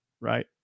right